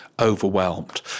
overwhelmed